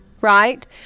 right